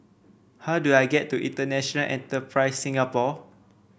how do I get to International Enterprise Singapore